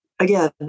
again